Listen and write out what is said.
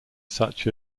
such